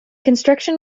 construction